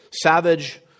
Savage